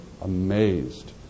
amazed